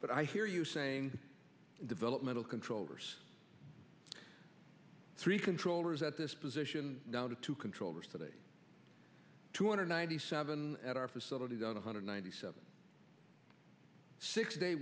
but i hear you saying developmental controllers three controllers at this position down to two controllers today two hundred ninety seven at our facility done one hundred ninety seven six day